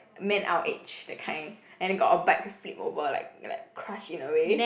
man our age that kind and then got a bike flip over like like crush in a way